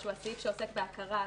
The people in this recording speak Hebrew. שהוא הסעיף שעוסק בהכרה,